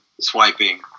swiping